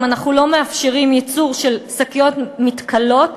אם אנחנו לא מאפשרים ייצור של שקיות מתכלות,